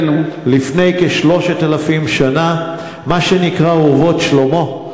מלפני כ-3,000 שנה, מה שנקרא "אורוות שלמה".